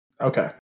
Okay